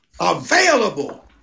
available